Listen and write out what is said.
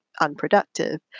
unproductive